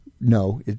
no